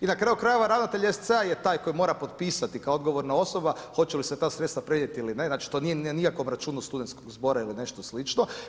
I na kraju krajeva ravnatelj SC-a je taj koji mora potpisati kao odgovorna osoba hoće li se ta sredstva prenijeti ili ne, znači to nije na nikakvom računu studentskog zbora ili nešto slično.